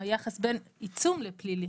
היחס בין עיצום לפלילי.